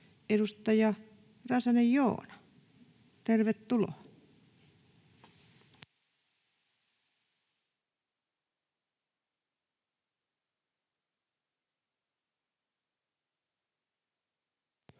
Edustaja Räsänen, Joona, tervetuloa.